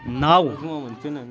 نو